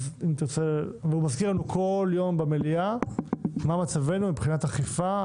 והוא מזכיר לנו כל יום במליאה מה מצבנו מבחינת אכיפה,